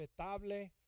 respetable